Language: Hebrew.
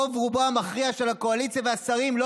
רוב-רובם המכריע של הקואליציה והשרים לא